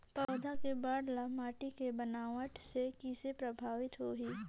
पौधा के बाढ़ ल माटी के बनावट से किसे प्रभावित होथे?